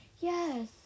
Yes